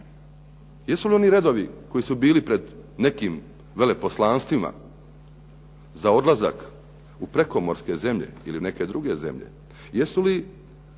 Jesu li oni redovi koji su bili pred nekim veleposlanstvima za odlazak u prekomorske zemlje ili neke druge zemlje, jesu li